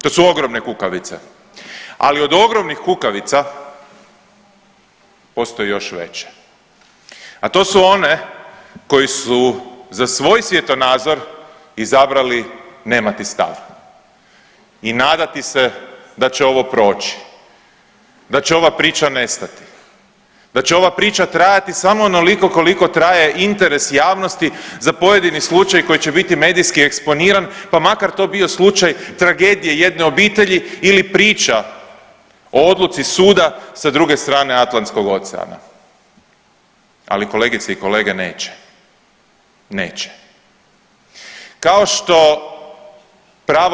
To su ogromne kukavice, ali od ogromnih kukavica postoje još veće, a to su one koji su za svoj svjetonazor izabrali nemati stav i nadati se da će ovo proći, da će ova priča nestati, da će ova priča trajati samo onoliko koliko traje interes javnosti za pojedini slučaj koji će biti medijski eksponiran, pa makar to bio slučaj tragedije jedne obitelji ili priča o odluci suda sa druge strane Atlantskog oceana, ali kolegice i kolege neće, neće.